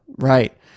right